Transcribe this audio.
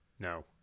No